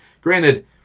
Granted